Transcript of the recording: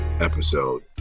episode